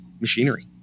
machinery